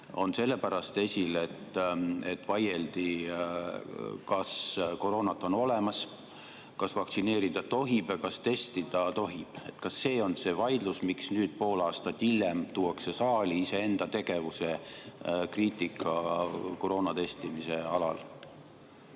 on sellepärast esil, et vaieldi, kas koroona on olemas, kas vaktsineerida tohib ja kas testida tohib? Kas see on see vaidlus, mille pärast nüüd pool aastat hiljem tuuakse saali iseenda tegevuse kriitika koroonatestimise alal?